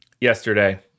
yesterday